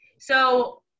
So-